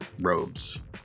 robes